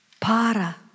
Para